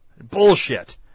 bullshit